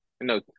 no